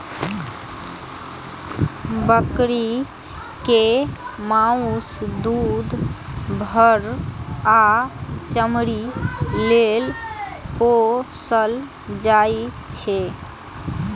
बकरी कें माउस, दूध, फर आ चमड़ी लेल पोसल जाइ छै